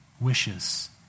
wishes